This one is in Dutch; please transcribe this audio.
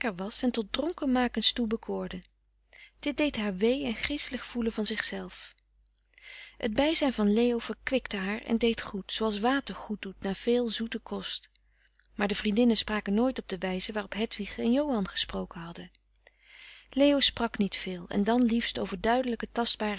was en tot dronkenmakens toe bekoorde dit deed haar wee en griezelig voelen van zichzelf het bijzijn van leo verkwikte haar en deed goed zooals water goeddoet na veel zoeten kost maar de vriendinnen spraken nooit op de wijze waarop hedwig en johan gesproken hadden leo sprak niet veel en dan liefst over duidelijke tastbare